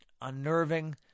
unnerving